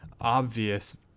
obvious